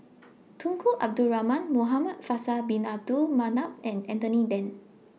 Tunku Abdul Rahman Muhamad Faisal Bin Abdul Manap and Anthony Then